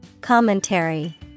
Commentary